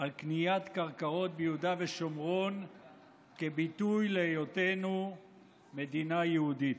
על קניית קרקעות ביהודה ושומרון כביטוי להיותנו מדינה יהודית.